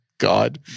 God